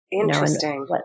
Interesting